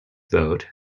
vote